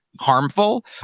harmful